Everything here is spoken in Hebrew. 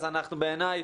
בעיניי